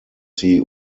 sie